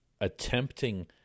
Attempting